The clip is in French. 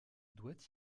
doit